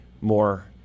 more